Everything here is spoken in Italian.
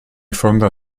fonda